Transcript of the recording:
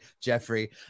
Jeffrey